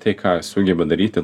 tai ką sugeba daryti